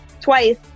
twice